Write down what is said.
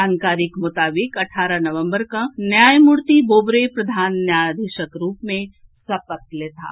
जानकारीक मोताबिक अठारह नवम्बर कॅ न्यायमूर्ति बोबड़े प्रधान न्यायाधीशक रूप मे सपत लेताह